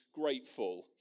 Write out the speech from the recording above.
grateful